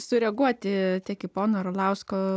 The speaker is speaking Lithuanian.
sureaguoti tik į pono arlausko